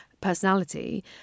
personality